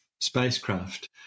spacecraft